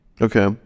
okay